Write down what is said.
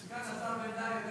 מספיק לו שלוש